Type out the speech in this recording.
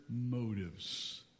motives